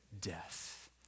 death